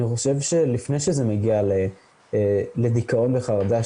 אני חושב שלפני שזה מגיע לדיכאון וחרדה,